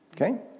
okay